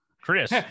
Chris